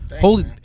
holy